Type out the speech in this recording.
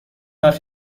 وقت